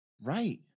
Right